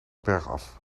bergaf